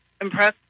impressed